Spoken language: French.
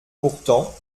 pourtant